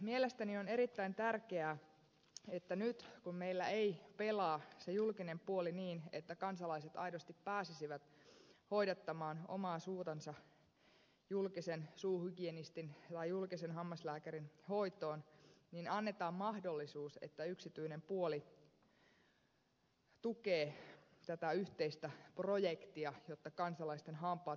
mielestäni on erittäin tärkeää että nyt kun meillä ei pelaa se julkinen puoli niin että kansalaiset aidosti pääsisivät hoidattamaan omaa suutansa julkisen suuhygienistin tai julkisen hammaslääkärin hoitoon niin annetaan mahdollisuus että yksityinen puoli tukee tätä yhteistä projektia jotta kansalaisten hampaat pysyvät siellä suussa